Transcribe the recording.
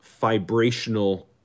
vibrational